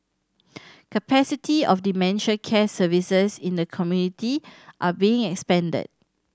capacity of dementia care services in the community are being expanded